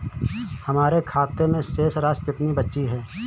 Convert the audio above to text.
हमारे खाते में शेष राशि कितनी बची है?